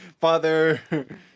father